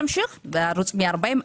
בערוץ 140,